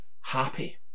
happy